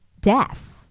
deaf